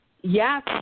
Yes